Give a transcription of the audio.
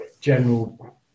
general